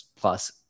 plus